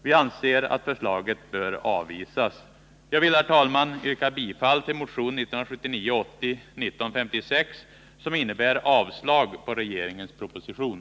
Vi anser att förslaget bör avvisas. Jag vill, herr talman, yrka bifall till motion 1979/80:1956, som innebär avslag på regeringens proposition.